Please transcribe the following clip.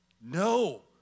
No